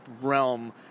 realm